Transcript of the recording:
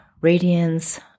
radiance